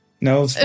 No